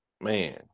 Man